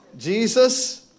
Jesus